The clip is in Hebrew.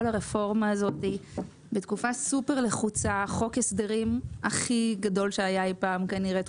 הרפורמה הזאת בתקופה סופר לחוצה חוק הסדרים הכי גדול שהיה אי פעם כנראה,